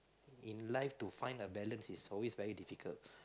in life to find a balance is always very difficult